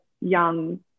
young